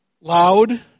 loud